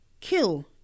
kill